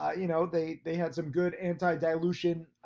you know, they they had some good anti dilution,